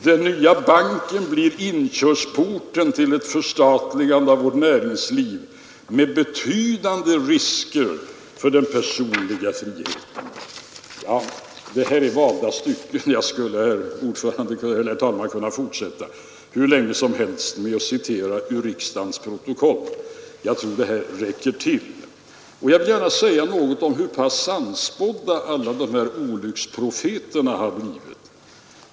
”Den nya banken blir inkörsporten till vårt näringsliv med betydande risker för den personliga friheten.” Ja, detta är valda stycken. Jag skulle, herr talman, kunna fortsätta hur länge som helst med att citera ur riksdagens protokoll, men jag tror det här räcker till. Jag fortsatte: ”Jag vill gärna säga något om hur pass sannspådda alla dessa olycksprofeter har blivit.